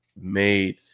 made